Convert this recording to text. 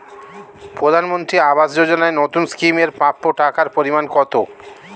প্রধানমন্ত্রী আবাস যোজনায় নতুন স্কিম এর প্রাপ্য টাকার পরিমান কত?